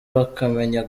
bakamenya